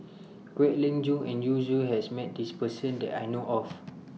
Kwek Leng Joo and Yu Zhuye has Met This Person that I know of